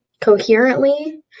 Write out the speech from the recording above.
coherently